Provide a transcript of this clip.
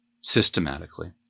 systematically